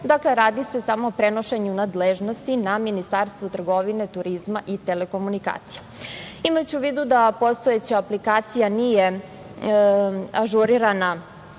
Dakle, radi se samo o prenošenju nadležnosti na Ministarstvo trgovine, turizma i telekomunikacija. Imajući u vidu da postojeća aplikacija nije ažurirana